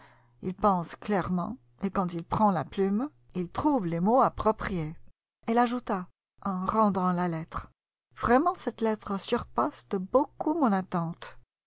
il pense clairement et quand il prend la plume il trouve les mots appropriés elle ajouta en rendant la lettre vraiment cette lettre surpasse de beaucoup mon attente